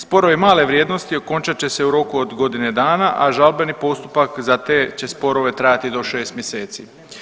Sporovi male vrijednosti okončat će se u roku od godine dana, a žalbeni postupak za te će sporove trajati do 6 mjeseci.